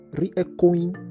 re-echoing